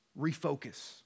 Refocus